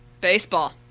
Baseball